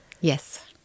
Yes